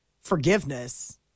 forgiveness